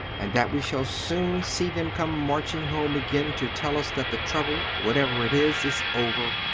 and that we shall soon see them come marching home again to tell us that the trouble, whatever it is, is over,